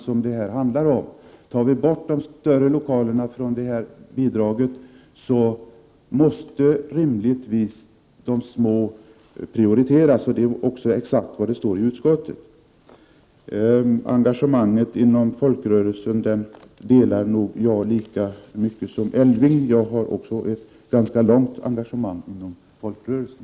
Tar vi bort en del av bidraget från de större lokalerna, måste rimligtvis de små prioriteras. Exakt så står det i utskottets betänkande också. Engagemanget inom folkrörelsen delar jag med Elving Andersson. Jag har också ett långt engagemang inom folkrörelsen.